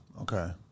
Okay